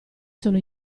sono